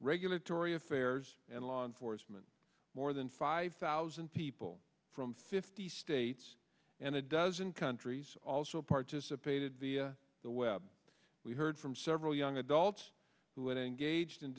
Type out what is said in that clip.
regulatory affairs and law enforcement more than five thousand people from fifty states and a dozen countries also participated the the web we heard from several young adults who had engaged in